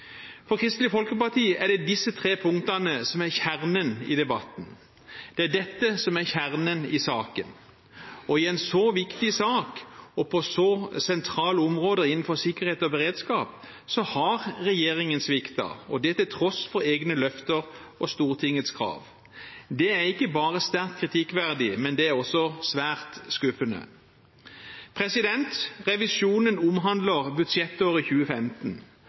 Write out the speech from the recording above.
For Kristelig Folkeparti er det de disse tre punktene som er kjernen i debatten. Det er dette som er kjernen i saken. I en så viktig sak, og på så sentrale områder innenfor sikkerhet og beredskap, har regjeringen sviktet – og det til tross for egne løfter og Stortingets krav. Det er ikke bare sterkt kritikkverdig, det er også svært skuffende. Revisjonen omhandler budsjettåret 2015.